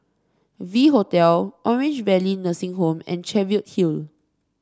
V Hotel Orange Valley Nursing Home and Cheviot Hill